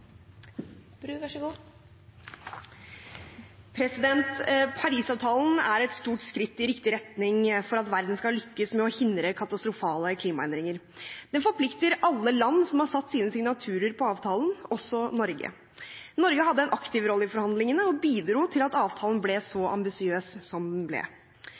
er et stort skritt i riktig retning for at verden skal lykkes med å hindre katastrofale klimaendringer. Den forplikter alle land som har satt sine signaturer på avtalen, også Norge. Norge hadde en aktiv rolle i forhandlingene og bidro til at avtalen ble så ambisiøs som den ble.